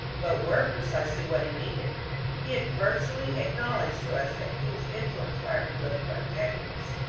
but were precisely what he needed he had virtually acknowledged to us that he was influenced by our political antagonists,